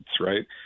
right